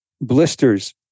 blisters